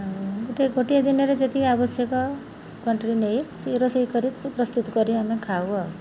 ଆଉ ଗୋଟେ ଗୋଟିଏ ଦିନରେ ଯେତିକି ଆବଶ୍ୟକ କ୍ଵାଣ୍ଟିଟି ନେଇ ସେ ରୋଷେଇ କରି ପ୍ରସ୍ତୁତ କରି ଆମେ ଖାଉ ଆଉ